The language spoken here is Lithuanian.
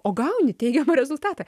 o gauni teigiamą rezultatą